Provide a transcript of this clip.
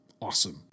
awesome